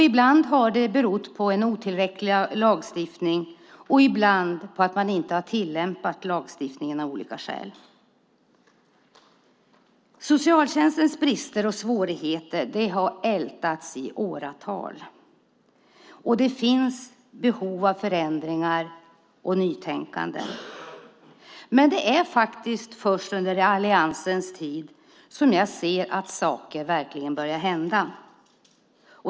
Ibland har det berott på otillräcklig lagstiftning, ibland på att man av olika skäl inte har tillämpat lagstiftningen. Socialtjänstens brister och svårigheter har ältats i åratal. Det finns behov av förändringar och nytänkande. Det är faktiskt först under alliansens tid som saker verkligen har börjat hända.